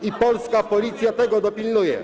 I polska policja tego dopilnuje.